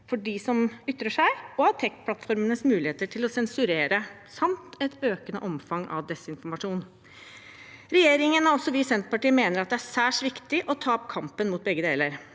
mot dem som ytrer seg, og av tek-plattformenes muligheter til å sensurere, samt et økende omfang av desinformasjon. Regjeringen og vi i Senterpartiet mener det er særs viktig å ta opp kampen mot begge deler.